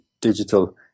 digital